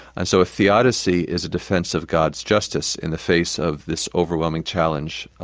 and so theodicy is a defence of god's justice in the face of this overwhelming challenge,